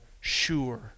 sure